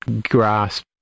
grasp